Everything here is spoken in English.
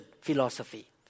philosophy